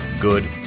good